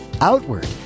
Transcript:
outward